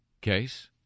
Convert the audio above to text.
case